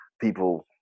people